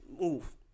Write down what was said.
move